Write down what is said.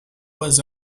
was